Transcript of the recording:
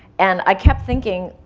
and i kept thinking,